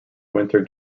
winter